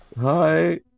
Hi